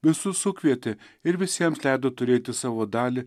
visus sukvietė ir visiems leido turėti savo dalį